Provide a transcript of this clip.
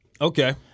Okay